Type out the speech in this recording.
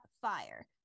fire